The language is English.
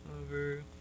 over